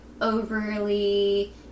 overly